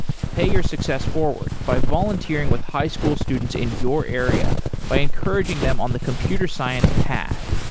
pay your success forward by volunteering with high school students in your area by encouraging them on the computer science path.